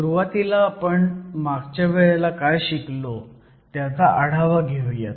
सुरुवातीला आपण मागच्या वेळेला काय शिकलो त्याचा आढावा घेऊयात